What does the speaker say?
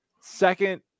second